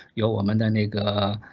your woman that nigga.